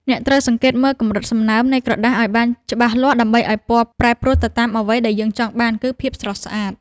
អ្នកត្រូវសង្កេតមើលកម្រិតសំណើមនៃក្រដាសឱ្យបានច្បាស់លាស់ដើម្បីឱ្យពណ៌ប្រែប្រួលទៅតាមអ្វីដែលយើងចង់បាន គឺ ភាពស្រស់ស្អាត។